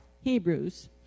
Hebrews